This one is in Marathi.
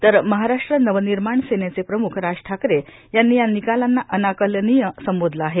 तर महाराष्ट्र नव र्निमाण सेनेचे प्रमुख राज ठाकरे यांनी या र्निकालांना अनाकलनीय संबोधलं आहे